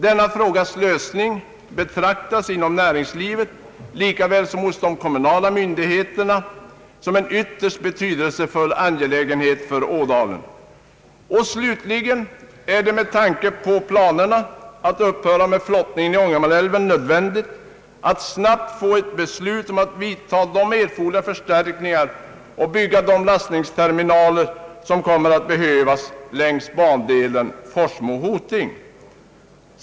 Denna frågas lösning betraktas inom näringslivet lika väl som hos de kommunala myndigheterna som en ytterst betydelsefull angelägenhet för Ådalen. Och slutligen är det med tanke på planerna att upphöra med flottningen i Ångermanälven nödvändigt att snabbt få ett beslut om att vidta de erforderliga förstärkningar och bygga de lastningsterminaler, som kommer att behövas längs bandelen Forsmo—Hoting.